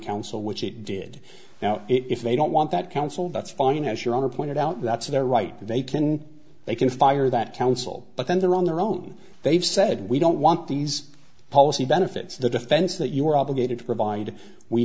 counsel which it did now if they don't want that council that's fine as your honor pointed out that's their right and they can they can fire that council but then they're on their own they've said we don't want these policy benefits the defense that you are obligated to provide we